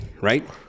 right